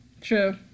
True